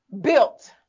Built